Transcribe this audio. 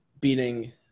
beating